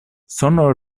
sono